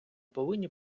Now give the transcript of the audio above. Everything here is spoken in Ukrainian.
повинні